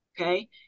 Okay